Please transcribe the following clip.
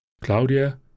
Claudia